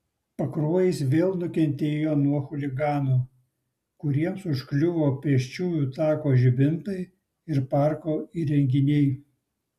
pakruojis vėl nukentėjo nuo chuliganų kuriems užkliuvo pėsčiųjų tako žibintai ir parko įrenginiai